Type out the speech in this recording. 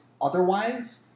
otherwise